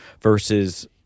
versus